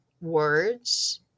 words